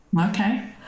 Okay